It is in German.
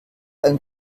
ein